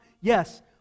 yes